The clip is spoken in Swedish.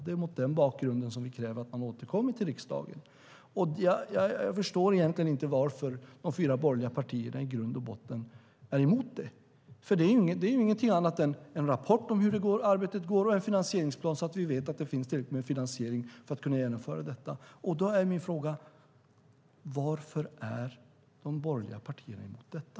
Det är mot den bakgrunden vi kräver att man återkommer till riksdagen. Jag förstår egentligen inte varför de fyra borgerliga partierna i grund och botten är emot detta. Det är nämligen ingenting annat än en rapport om hur arbetet går och en finansieringsplan, så att vi vet att det finns tillräckligt med finansiering för att kunna genomföra detta. Då är min fråga: Varför är de borgerliga partierna emot detta?